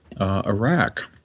Iraq